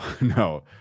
no